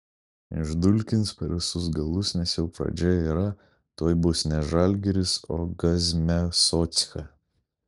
išdulkins per visus galus nes jau pradžia yra tuoj bus ne žalgiris o gazmiasochka